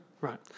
Right